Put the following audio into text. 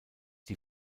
die